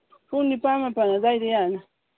ꯄꯨꯡ ꯅꯤꯄꯥꯟ ꯃꯥꯄꯟ ꯑꯗꯨꯋꯥꯏꯗꯒꯤ ꯌꯥꯔꯅꯤ